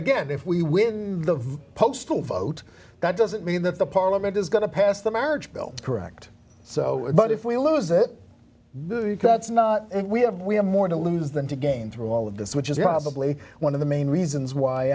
again if we win the postal vote that doesn't mean that the parliament is going to pass the marriage bill correct so but if we lose it movie that's not and we have we have more to lose than to gain through all of this which is probably one of the main reasons why